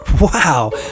Wow